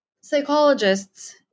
Psychologists